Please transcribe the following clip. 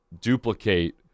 duplicate